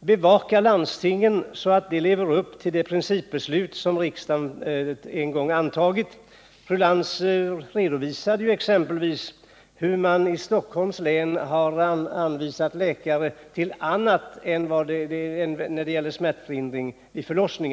Bevaka landstingen så att de lever upp till det principbeslut som riksdagen en gång antagit. Fru Lantz redovisade exempelvis hur man i Stockholms län har anvisat läkartjänster till andra uppgifter än att ge smärtlindring vid förlossning.